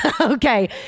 Okay